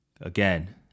Again